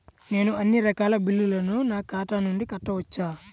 నేను అన్నీ రకాల బిల్లులను నా ఖాతా నుండి కట్టవచ్చా?